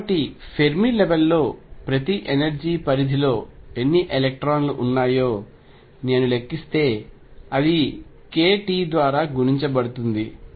కాబట్టి Fermi level లో ప్రతి ఎనర్జీ పరిధిలో ఎన్ని ఎలక్ట్రాన్లు ఉన్నాయో నేను లెక్కిస్తే అది kT ద్వారా గుణించబడుతుంది